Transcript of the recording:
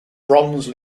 bronze